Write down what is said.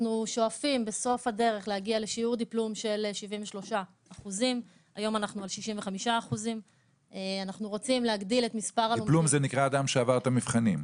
אנחנו שואפים בסוף הדרך להגיע לשיעור דיפלום של 73%. היום אנחנו על 65%. דיפלום זה נקרא אדם שעבר את המבחנים.